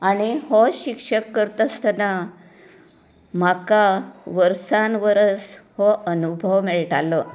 आनी हो शिक्षक करता आसतना म्हाका वर्सान वर्स हो अनुभव मेळटालो